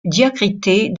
diacritée